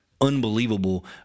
Unbelievable